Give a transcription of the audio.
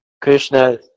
Krishna